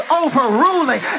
overruling